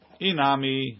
inami